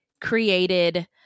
created